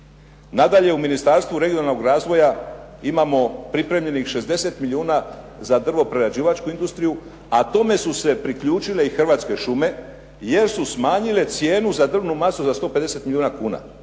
Nadalje, u Ministarstvu regionalnog razvoja imamo pripremljenih 60 milijuna za drvo prerađivačku industriju a tome su se priključile i Hrvatske šume jer su smanjile cijenu za drvnu masu za 150 milijuna kuna